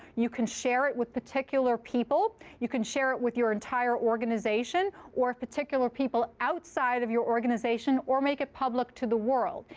you can share it with particular people. you can share it with your entire organization or particular people outside of your organization or make it public to the world.